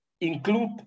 include